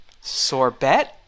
Sorbet